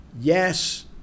yes